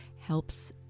helps